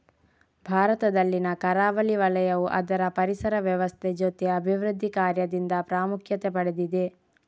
ಭಾರತದಲ್ಲಿನ ಕರಾವಳಿ ವಲಯವು ಅದರ ಪರಿಸರ ವ್ಯವಸ್ಥೆ ಜೊತೆ ಅಭಿವೃದ್ಧಿ ಕಾರ್ಯದಿಂದ ಪ್ರಾಮುಖ್ಯತೆ ಪಡೆದಿದೆ